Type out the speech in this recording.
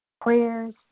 Prayers